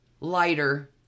lighter